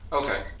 okay